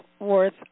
worth